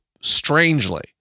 strangely